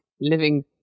living